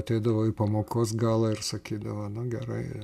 ateidavo į pamokos galą ir sakydavo na gerai